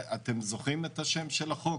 ואכן אתם זוכרים את השם של החוק?